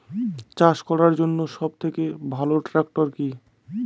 চাষ করার জন্য সবথেকে ভালো ট্র্যাক্টর কি?